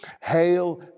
Hail